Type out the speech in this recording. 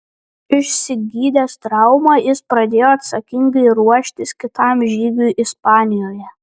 išsigydęs traumą jis pradėjo atsakingai ruoštis kitam žygiui ispanijoje